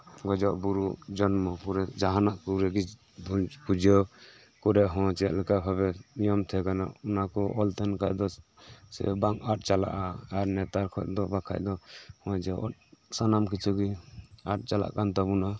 ᱜᱚᱡᱚᱜ ᱵᱩᱨᱩᱜ ᱡᱚᱱᱢᱚ ᱠᱚᱨᱮ ᱡᱟᱦᱟᱸᱱᱟᱜ ᱠᱚᱨᱮᱜᱮ ᱵᱚᱱ ᱯᱩᱡᱟᱹ ᱠᱚᱨᱮ ᱦᱚᱸ ᱪᱮᱜ ᱞᱮᱠᱟ ᱵᱷᱟᱵᱮ ᱱᱤᱭᱚᱢ ᱛᱟᱦᱮᱸ ᱠᱟᱱᱟ ᱚᱱᱟ ᱠᱚ ᱚᱞ ᱛᱟᱦᱮᱸᱱ ᱠᱷᱟᱡ ᱫᱚ ᱥᱮ ᱵᱟᱝ ᱟᱫ ᱪᱟᱞᱟᱜᱼᱟ ᱟᱨ ᱱᱮᱛᱟᱨ ᱠᱷᱚᱡ ᱫᱚ ᱵᱟᱠᱷᱟᱡ ᱫᱚ ᱱᱚᱜ ᱚᱭ ᱡᱮ ᱥᱟᱱᱟᱢ ᱠᱤᱪᱷᱩ ᱜᱮ ᱟᱫ ᱪᱟᱞᱟᱜ ᱠᱟᱱ ᱛᱟᱵᱚᱱᱟ